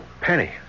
Penny